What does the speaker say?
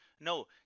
No